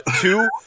Two